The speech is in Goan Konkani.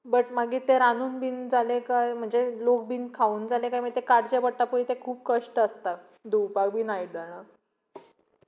बट मागीर तें रांदून बीन जालें काय म्हणजे लोक बीन खावन जालें काय मागीर तें काडचें पडटा पळय ते खूब कश्ट आसता धुवपाक बीन आयदनां